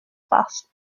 fast